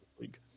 League